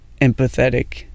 empathetic